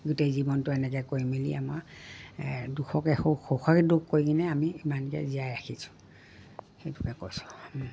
গোটেই জীৱনটো এনেকৈ কৰি মেলি আমাৰ দুখকে সুখ সুখকে দুখ কৰি কিনে আমি ইমানকৈ জীয়াই ৰাখিছোঁ সেইটোকে কৈছোঁ